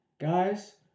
guys